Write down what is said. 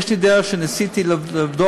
יש לי דרך שניסיתי לבדוק,